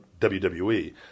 WWE